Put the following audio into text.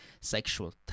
sexual